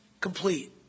Complete